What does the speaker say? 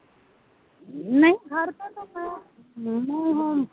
नहीं घर पर तो मैम देते हैं हम